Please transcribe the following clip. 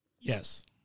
yes